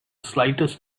slightest